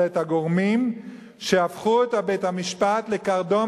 אלא את הגורמים שהפכו את בית-המשפט לקרדום